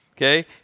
Okay